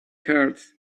hearts